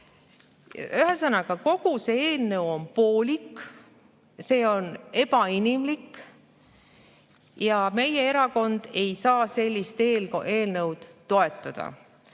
Ühesõnaga, kogu see eelnõu on poolik, see on ebainimlik. Meie erakond ei saa sellist eelnõu toetada.